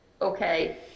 Okay